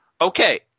Okay